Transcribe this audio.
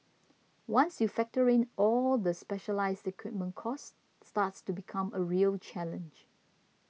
Once you factor in all of the specialised equipment cost starts to become a real challenge